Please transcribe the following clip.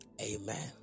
amen